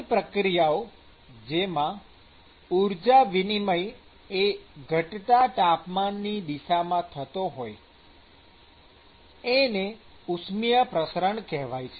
આવી પ્રક્રિયા જેમાં ઊર્જા વિનિમય એ ઘટતા તાપમાનની દિશામાં થતો હોય એને ઉષ્મિય પ્રસરણ કેહવાય છે